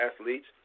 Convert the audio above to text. athletes